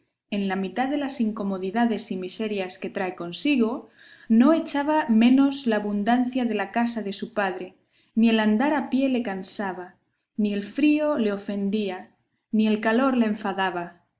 en la mitad de las incomodidades y miserias que trae consigo no echaba menos la abundancia de la casa de su padre ni el andar a pie le cansaba ni el frío le ofendía ni el calor le enfadaba